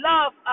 Love